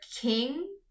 king